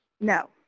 no